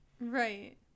Right